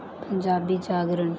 Punjabi Jagran